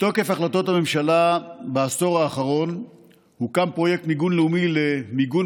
מתוקף החלטות הממשלה בעשור האחרון הוקם פרויקט מיגון לאומי למיגון